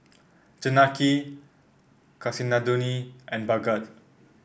Janaki Kasinadhuni and Bhagat